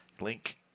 Link